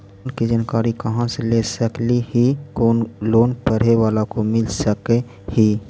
Loan की जानकारी कहा से ले सकली ही, कोन लोन पढ़े बाला को मिल सके ही?